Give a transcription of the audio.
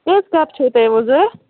کٔژ کَپ چھِ تۄہہِ وٕ ضوٚرَتھ